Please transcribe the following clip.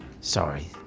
sorry